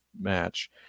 match